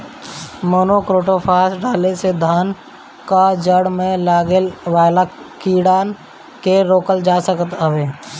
monocrotophos डाले से धान कअ जड़ में लागे वाला कीड़ान के रोकल जा सकत हवे